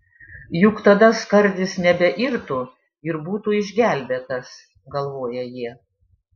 juk tada skardis nebeirtų ir būtų išgelbėtas galvoja jie